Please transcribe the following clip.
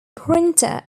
printer